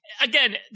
Again